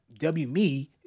WME